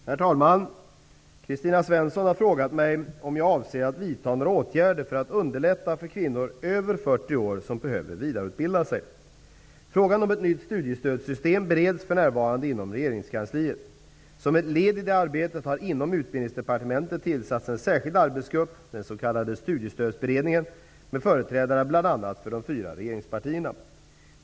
Herr talman! Kristina Svensson har frågat mig om jag avser att vidta några åtgärder för att underlätta för kvinnor över 40 år som behöver vidareutbilda sig. Frågan om ett nytt studiestödssystem bereds för närvarande inom regeringskansliet. Som ett led i det arbetet har inom Utbildningsdepartementet tillsatts en särskild arbetsgrupp den s.k. Studiestödsberedningen med företrädare bl.a. för de fyra regeringspartierna.